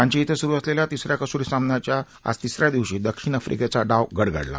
रांची क्षे सुरु असलेल्या तिस या कसोटी सामन्याच्या आज तिस या दिवशी दक्षिण आफ्रिकेच्या डाव गडगडला